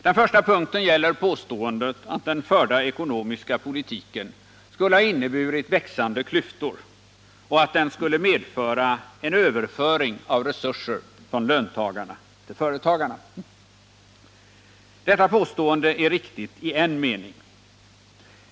Den första frågan gäller påståendet att den förda ekonomiska politiken skulle ha inneburit växande klyftor och att den skulle medföra en överföring av resurser från löntagarna till företagarna. Detta påstående är riktigt i en mening.